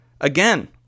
again